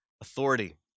authority